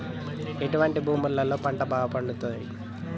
ఎటువంటి భూములలో పంటలు బాగా పండుతయ్?